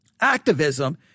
activism